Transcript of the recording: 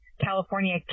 California